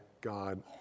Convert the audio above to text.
God